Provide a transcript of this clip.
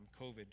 COVID